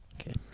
Okay